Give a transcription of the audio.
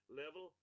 level